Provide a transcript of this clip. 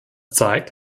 zeigt